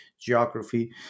geography